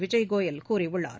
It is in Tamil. விஜய் கோயல் கூறியுள்ளார்